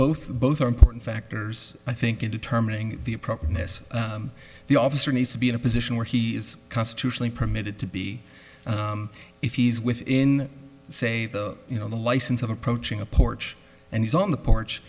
both both are important factors i think in determining the appropriateness the officer needs to be in a position where he is constitutionally permitted to be if he's within say you know the license of approaching a porch and he's on the porch